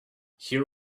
here